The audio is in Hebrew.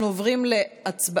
אנחנו עוברים להצבעה